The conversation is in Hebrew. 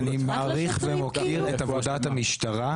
אני מעריך ומוקיר את עבודת המשטרה.